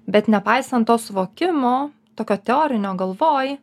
bet nepaisant to suvokimo tokio teorinio galvoj